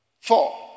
four